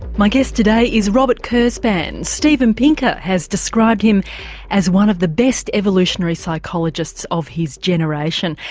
my guest today is robert kurzban. steven pinker has described him as one of the best evolutionary psychologists of his generation.